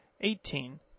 eighteen